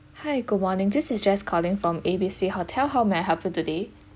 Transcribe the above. hi good morning this is jess calling from A_B_C hotel how may I help you today